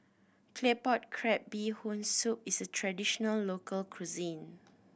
Claypot Crab Bee Hoon Soup is a traditional local cuisine